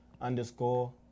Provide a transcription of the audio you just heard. underscore